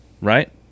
Right